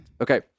okay